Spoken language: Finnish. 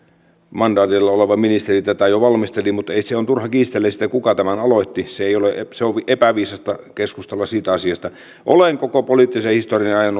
mandaatilla ollut ministeri tätä jo valmisteli mutta on turha kiistellä siitä kuka tämän aloitti on epäviisasta keskustella siitä asiasta olen koko poliittisen historiani ajan